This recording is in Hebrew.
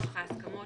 נוכח ההסכמות